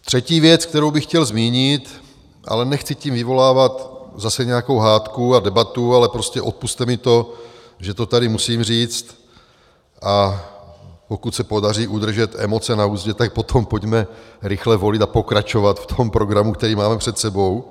Třetí věc, kterou bych chtěl zmínit, ale nechci tím vyvolávat zase nějakou hádku a debatu, ale prostě odpusťte mi to, že to tady musím říct, a pokud se podaří udržet emoce na uzdě, tak potom pojďme rychle volit a pokračovat v tom programu, který máme před sebou.